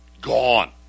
Gone